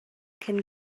cyn